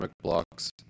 blocks